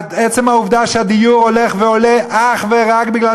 עצם העובדה שמחיר הדיור הולך ועולה אך ורק משום